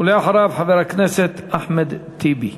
אחריו, חבר הכנסת אחמד טיבי.